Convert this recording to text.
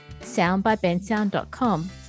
soundbybensound.com